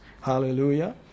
Hallelujah